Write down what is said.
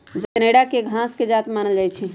जनेरा के घास के जात मानल जाइ छइ